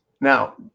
Now